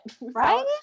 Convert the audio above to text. right